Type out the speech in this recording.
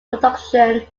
production